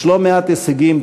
יש לא מעט הישגים.